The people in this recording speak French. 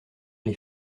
les